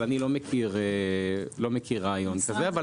אבל אני לא מכיר רעיון כזה.